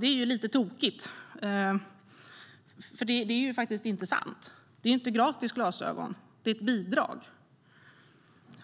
Det är ju lite tokigt, för det är faktiskt inte sant. Det handlar inte om gratis glasögon, utan det handlar om ett bidrag.